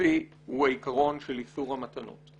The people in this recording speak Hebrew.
הבסיסי הוא העיקרון של איסור המתנות.